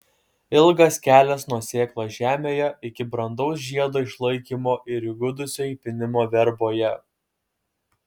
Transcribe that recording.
ilgas kelias nuo sėklos žemėje iki brandaus žiedo išlaikymo ir įgudusio įpynimo verboje